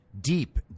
deep